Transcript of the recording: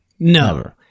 No